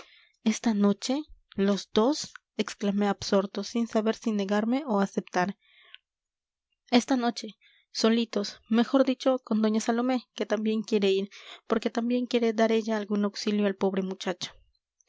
esta noche los dos exclamé absorto sin saber si negarme o aceptar esta noche solitos mejor dicho con doña salomé que también quiere ir porque también quiere dar ella algún auxilio al pobre muchacho